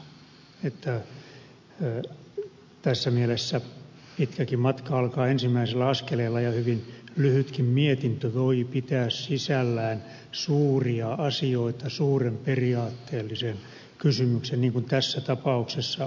tässä mielessä pitkäkin matka alkaa ensimmäisellä askeleella ja hyvin lyhytkin mietintö voi pitää sisällään suuria asioita suuren periaatteellisen kysymyksen niin kuin tässä tapauksessa on